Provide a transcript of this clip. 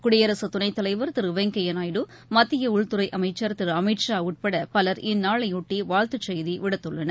குடியரசுத்துணைத்தலைவர் திரு வெங்கய்யா நாயுடு மத்திய உள்துறை அமைச்சர் திரு அமித்ஷா உப்பட பலர் இந்நாளை ஒட்டி வாழ்த்து செய்தி விடுத்துள்ளனர்